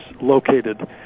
located